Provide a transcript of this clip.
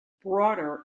broader